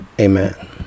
Amen